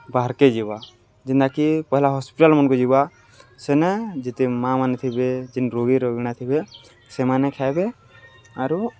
ବାହାର୍କେ ଯିବା ଯେନ୍ତାକି ପହେଲା ହସ୍ପିଟାଲ୍ମାନ୍କୁ ଯିବା ସେନେ ଯେତେ ମା'ମାନେ ଥିବେ ଯେନ୍ ରୋଗୀ ରୋଗୀଣା ଥିବେ ସେମାନେ ଖାଏବେ ଆରୁ